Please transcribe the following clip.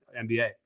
NBA